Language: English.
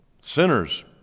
Sinners